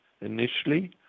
initially